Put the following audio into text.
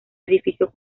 edificio